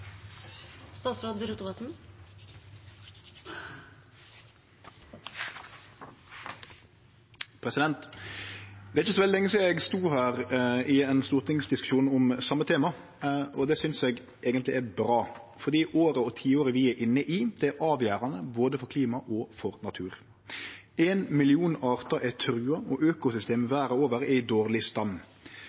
så veldig lenge sidan eg stod her i ein stortingsdiskusjon om det same temaet, og det synest eg eigentleg er bra, fordi året og tiåret vi er inne i, er avgjerande både for klimaet og for naturen. Ein million artar er trua, og økosystem verda over er i